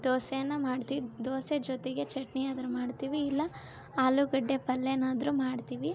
ದೋಸೆನ ಮಾಡ್ತಿವಿ ದೋಸೆ ಜೊತೆಗೆ ಚಟ್ನಿ ಆದ್ರ ಮಾಡ್ತೀವಿ ಇಲ್ಲಾ ಆಲುಗಡ್ಡೆ ಪಲ್ಯನಾದರೂ ಮಾಡ್ತೀವಿ